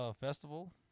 festival